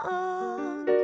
on